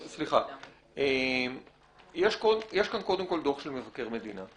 יש כאן קודם כל דוח של מבקר מדינה.